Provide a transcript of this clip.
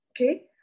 okay